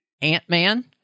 Ant-Man